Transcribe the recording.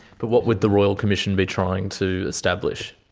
but what would the royal commission be trying to establish?